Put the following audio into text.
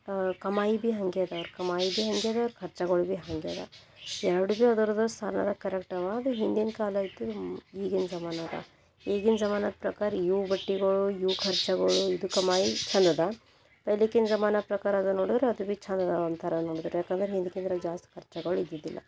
ಕಮಾಯಿ ಭೀ ಹಾಗೆ ಅದ ಅವರ ಕಮಾಯಿ ಭೀ ಹಾಗೆ ಅದೆ ಅವರ ಖರ್ಚಗೋಳ್ ಭೀ ಹಾಗೆ ಅದ ಎರಡು ಭೀ ಅದರದು ಸಾಲಲ್ಲ ಕರೆಕ್ಟಾವಾ ಅದು ಹಿಂದಿನ ಕಾಲ ಇತ್ತು ಈಗಿನ ಜಮಾನದ ಈಗಿನ ಜಮಾನದ ಪ್ರಕಾರ ಇವು ಬಟ್ಟೆಗಳು ಇವು ಖರ್ಚಾಗಳು ಇದು ಕಮಾಯಿ ಚಂದದ ಪೆಲೆಕಿನ್ ಜಮಾನ ಪ್ರಕಾರ ಅದು ನೋಡಿದರೆ ಅದು ಭೀ ಚಂದದ ಒಂಥರ ನೋಡಿದ್ರೆ ಯಾಕಂದರೆ ಹಿಂದ್ಕಿಂದ್ರಾಗೆ ಜಾಸ್ತಿ ಖರ್ಚಾಗಳು ಇದ್ದಿದ್ದಿಲ್ಲ